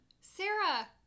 Sarah